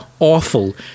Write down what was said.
awful